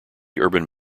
urban